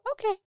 okay